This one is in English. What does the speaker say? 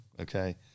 okay